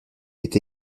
est